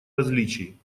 различий